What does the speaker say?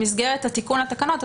תיקון לתקנות,